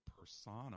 persona